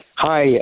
Hi